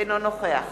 אינו נוכח